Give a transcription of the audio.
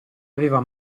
aveva